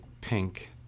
Pink